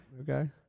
Okay